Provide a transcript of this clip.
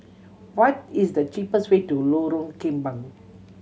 what is the cheapest way to Lorong Kembang